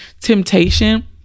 temptation